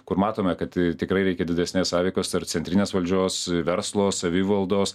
kur matome kad ir tikrai reikia didesnės sąveikos tarp centrinės valdžios ir verslo savivaldos